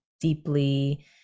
deeply